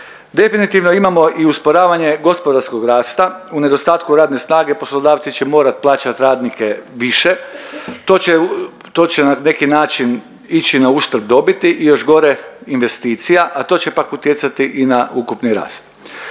Definitivno imamo i usporavanje gospodarskog rasta u nedostatku radne snage poslodavci će morat plaćat radnike više, to će na neki način biti nauštrb dobiti i još gore, investicija, a to će pak utjecati i na ukupni rast.